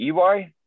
EY